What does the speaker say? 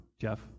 Jeff